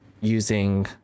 using